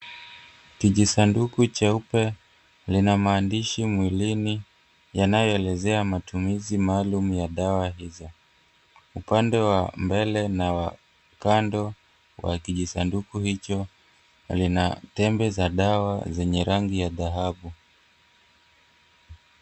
Kijisanduku cheupe lina maandishi mwilini yanayoelezea matumizi maalum ya dawa hizi. Upande wa mbele na wa kando wa kijisanduku hicho lina tembe za dawa zenye rangi ya dhahabu.